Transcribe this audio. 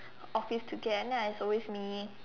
office to get then it's always me